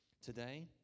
today